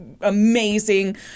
amazing